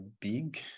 big